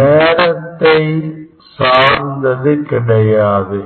நேரத்தை சார்ந்தது கிடையாது